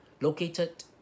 located